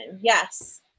yes